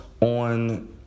on